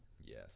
Yes